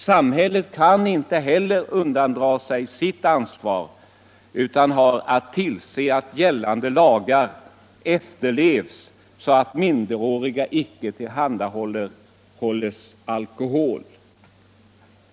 Samhället kan inte heller undandra sig sitt ansvar, utan har att tillse att gällande lagar efterlevs, så att minderåriga icke tillhandahålles alkohol.